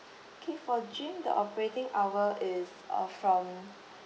okay for gym the operating hours is uh from